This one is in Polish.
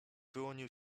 wyłonił